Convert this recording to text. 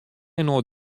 inoar